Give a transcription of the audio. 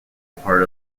part